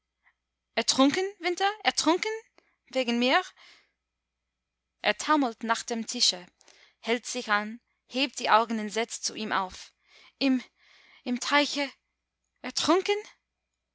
ertrunken winter ertrunken wegen mir er taumelt nach dem tische hält sich an hebt die augen entsetzt zu ihm auf im im teiche ertrunken